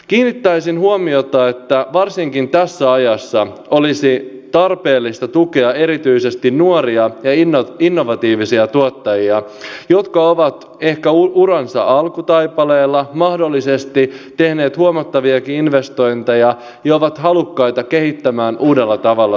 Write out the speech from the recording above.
kiinnittäisin huomiota siihen että varsinkin tässä ajassa olisi tarpeellista tukea erityisesti nuoria ja innovatiivisia tuottajia jotka ovat ehkä uransa alkutaipaleella mahdollisesti tehneet huomattaviakin investointeja ja ovat halukkaita kehittämään uudella tavalla tuotantoaan